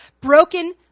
broken